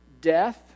death